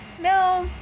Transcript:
no